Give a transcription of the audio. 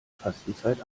fastenzeit